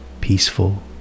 peaceful